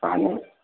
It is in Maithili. पानी